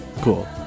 Cool